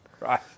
right